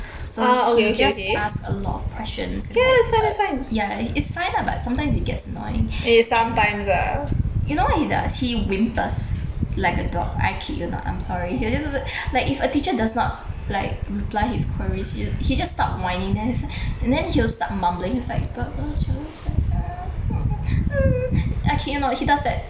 so he will just ask a lot of questions ya is fine ah but sometimes it gets annoying you know what he does he whimpers like a dog I kid you not I'm sorry he'll just like if a teacher does not like reply his queries he he just start whining then he's like then he'll start mumbling he's like but but cher I kid you not he does that